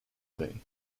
bay